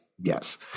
Yes